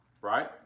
right